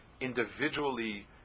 individually